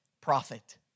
profit